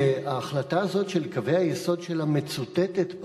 שההחלטה הזאת של קווי היסוד שלה מצוטטת בה,